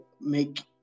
make